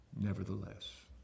Nevertheless